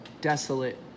desolate